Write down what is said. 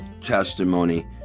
testimony